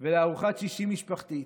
ולארוחת שישי משפחתית,